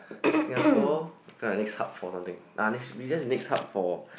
Singapore kind of next hub for something ah next we just next hub for